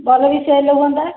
ଭଲ କି ସେଲ ହୁଅନ୍ତା